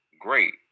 great